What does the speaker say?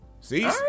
See